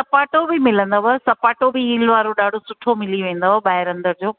सपाटो बि मिलंदव सपाटो बि हील वारो ॾाढो सुठो मिली वेंदव ॿाहिरि अंदरि जो